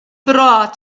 brought